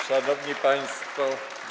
Szanowni Państwo!